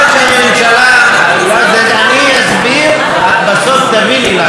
אתם שונאים אותנו,